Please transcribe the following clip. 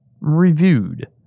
reviewed